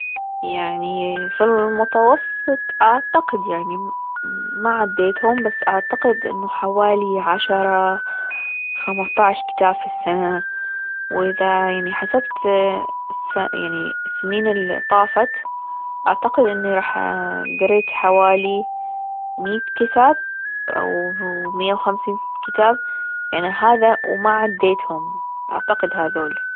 يعني في المتوسط أعتقد يعني ما عديتهم بس أعتقد أنه حوالي عشرة خمستاش كتاب في السنة وإذا يعني حسبت اااه يعني السنين اللي طافت أعتقد إني راح اااه جريت حوالي مية كتاب أو مية وخمسين كتاب يعني هذا وما عديتهم أعتقد هذول